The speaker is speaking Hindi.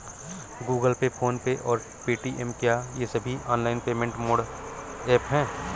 गूगल पे फोन पे और पेटीएम क्या ये सभी ऑनलाइन पेमेंट मोड ऐप हैं?